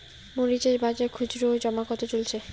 মরিচ এর বাজার খুচরো ও জমা কত চলছে?